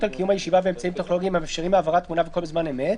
על קיום הישיבה באמצעים טכנולוגיים המאפשרים העברת תמונה וקול בזמן אמת,